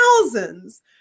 thousands